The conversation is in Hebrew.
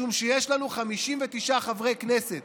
משום שיש לנו 59 חברי כנסת